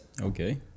Okay